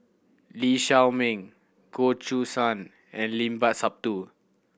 Lee Shao Meng Goh Choo San and Limat Sabtu